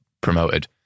promoted